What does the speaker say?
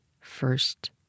first